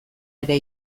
ere